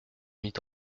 mit